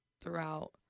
throughout